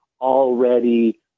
already